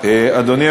ארדן.